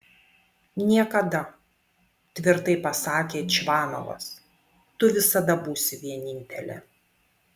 niekada tvirtai pasakė čvanovas tu visada būsi vienintelė